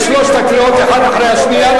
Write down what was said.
אני אקרא לך את שלוש הקריאות אחת אחרי השנייה,